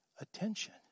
attention